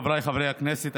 חבריי חברי הכנסת,